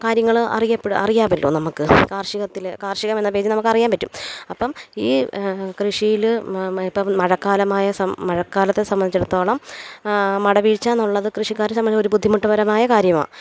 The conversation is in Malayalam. കാര്യങ്ങൾ അറിയപ്പെടും അറിയാവല്ലോ നമുക്ക് കാർഷികത്തിൽ കാർഷികമെന്ന പേജിൽ നമുക്കറിയാൻ പറ്റും അപ്പം ഈ കൃഷിയിൽ മ് ഇപ്പം മഴക്കാലം ആയ സംബന്ധം മഴക്കാലത്തെ സംബന്ധിച്ചിടത്തോളം മട വീഴ്ച്ചാന്ന് ഉള്ളത് കൃഷിക്കാരെ സംബന്ധിച്ച് ഒരു ബുദ്ധിമുട്ട് പരമായ കാര്യമാണ്